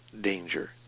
danger